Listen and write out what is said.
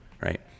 right